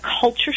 culture